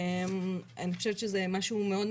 אני חושבת שזה משהו מאוד,